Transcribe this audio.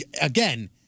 again